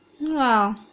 Wow